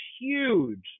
huge